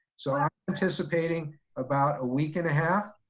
so i'm anticipating about a week and a half,